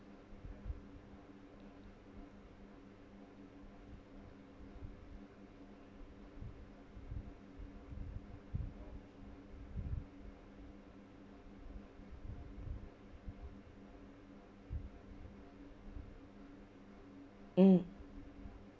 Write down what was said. mm